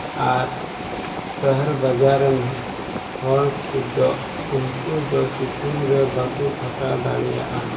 ᱟᱨ ᱥᱚᱦᱚᱨ ᱵᱟᱡᱟᱨ ᱨᱮᱱᱟᱜ ᱦᱚᱲ ᱠᱚᱫᱚ ᱩᱱᱠᱩ ᱫᱚ ᱥᱤᱛᱩᱝ ᱨᱮ ᱵᱟᱠᱚ ᱠᱷᱟᱴᱟᱣ ᱫᱟᱲᱮᱭᱟᱜᱼᱟ